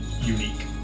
unique